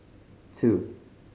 two